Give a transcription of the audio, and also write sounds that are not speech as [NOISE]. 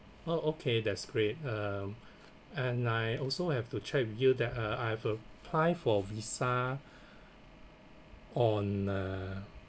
oh okay that's great um [BREATH] and I also have to check with you that I I have applied for visa [BREATH] on uh